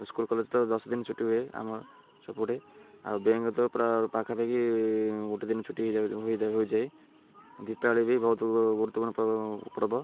school college ତ ଦଶ ଦିନ ଛୁଟି ହୁଏ ଆମ ସବୁଠେ ଆଉ ବ୍ୟାଙ୍କ୍ ତ ପୁରା ପାଖାପାଖି ଗୋଟେ ଦିନ ଛୁଟି ହୋଇଯାଏ ଦୀପାବଳି ବି ବହୁତ ଗୁରୁତ୍ୱପୂର୍ଣ୍ଣ ପର୍ବ